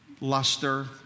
luster